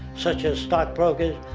such as stockbrokers,